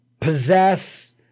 possess